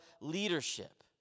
leadership